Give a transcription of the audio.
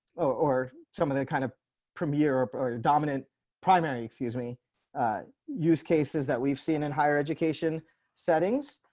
or or some of the kind of premier or dominant primary excuse me use cases that we've seen in higher education settings.